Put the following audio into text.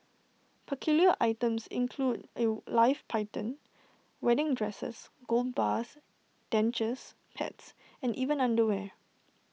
peculiar items include A live python wedding dresses gold bars dentures pets and even underwear